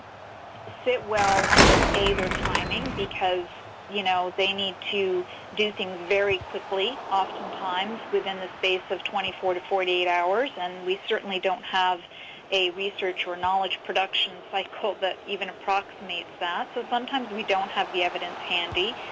fit well with their timing because you know they need to do things very quickly, oftentimes within the space of twenty four to forty eight hours. and we certainly don't have a research or knowledge production cycle that even approximates that. so sometimes we don't have the evidence handy.